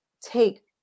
take